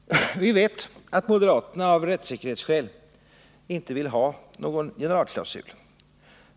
Vi vet att moderaterna, av rättssäkerhetsskäl, inte vill ha någon generalklausul.